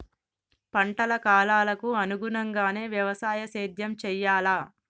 పంటల కాలాలకు అనుగుణంగానే వ్యవసాయ సేద్యం చెయ్యాలా?